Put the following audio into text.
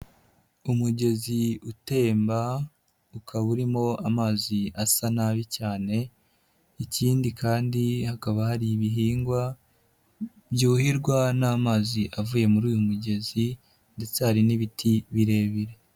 Umugezi utemba ukaba urimo amazi asa nabi cyane, ikindi kandi hakaba hari ibihingwa byuhirwa n'amazi avuye muri uyu mugezi ndetse hari n'ibiti birebire.